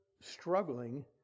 struggling